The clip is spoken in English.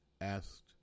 asked